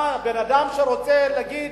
מה, בן-אדם שרוצה להגיד: